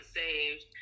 saved